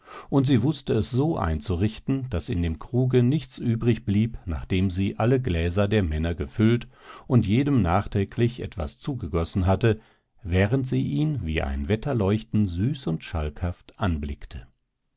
und sie wußte es so einzurichten daß in dem kruge nichts übrig blieb nachdem sie alle gläser der männer gefüllt und jedem nachträglich etwas zugegossen hatte während sie ihn wie ein wetterleuchten süß und schalkhaft anblickte